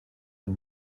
und